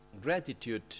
Gratitude